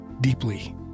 deeply